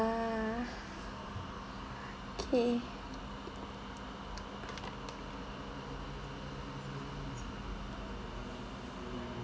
okay